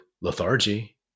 lethargy